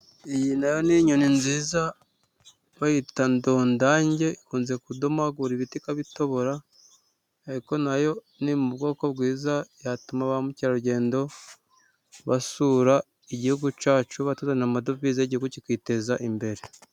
Iyi nayo ni inyoni nziza bayita ndondange ikunze kudomogura ibiti, ikaba itobora ariko nayo ni mu bwoko bwiza yatuma ba mukerarugendo basura igihugu cyacu batuzanira amadovize y'igihugu kikiteza imbere.